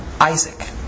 Isaac